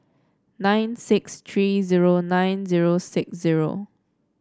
nine six three zero nine zero six zero